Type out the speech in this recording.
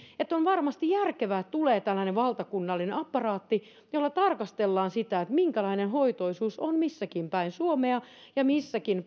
että on varmasti järkevää että tulee tällainen valtakunnallinen apparaatti jolla tarkastellaan sitä minkälainen hoitoisuus on missäkinpäin suomea ja missäkin